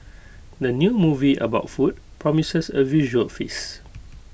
the new movie about food promises A visual feast